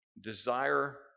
desire